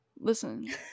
Listen